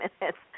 minutes